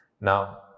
Now